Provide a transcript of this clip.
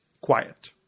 quiet